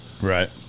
Right